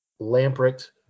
Lamprecht